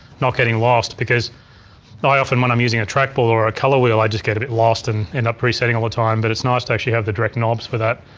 not getting lost. because i often, when i'm using a trackball or a color wheel, i just get a bit lost and end up resetting all the time. but it's nice to actually have the direct knobs for that,